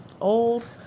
old